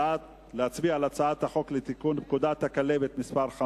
הצעת חוק לתיקון פקודת הכלבת, זה